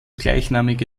gleichnamige